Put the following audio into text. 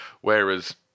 Whereas